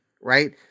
right